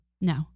No